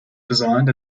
designed